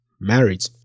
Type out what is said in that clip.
marriage